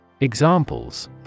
Examples